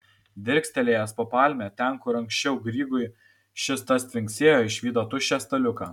dirstelėjęs po palme ten kur anksčiau grygui šis tas tvinksėjo išvydo tuščią staliuką